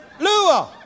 Luo